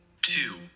two